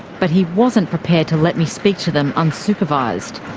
but he wasn't prepared to let me speak to them unsupervised.